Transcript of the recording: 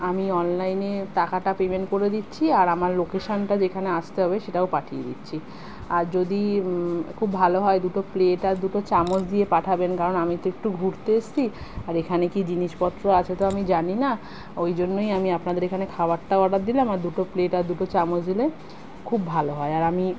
আমি অনলাইনে টাকাটা পেমেন্ট করে দিচ্ছি আর আমার লোকেশনটা যেখানে আসতে হবে সেটাও পাঠিয়ে দিচ্ছি আর যদি খুব ভালো হয় দুটো প্লেট আর দুটো চামচ দিয়ে পাঠাবেন কারণ আমি তো একটু ঘুরতে এসেছি আর এখানে কী জিনিসপত্র আছে তো আমি জানি না ওই জন্যই আমি আপনাদের এখানে খাবারটাও অর্ডার দিলাম আর দুটো প্লেট আর দুটো চামচ দিলে খুব ভালো হয় আর আমি